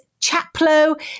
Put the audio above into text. Chaplow